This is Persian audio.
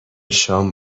شام